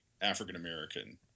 african-american